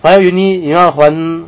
but then uni 也要还